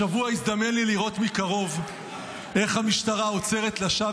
השבוע הזדמן לי לראות מקרוב איך המשטרה עוצרת לשווא